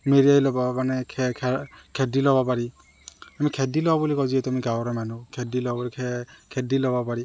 মেৰিয়াই ল'ব মানে ঘে ঘেৰ দি ল'ব পাৰি আমি ঘেৰ দি ল বুলি কওঁ যিহেতু আমি গাঁৱৰ মানুহ ঘেৰ দি ল ঘেৰ দি ল'ব পাৰি